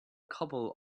couple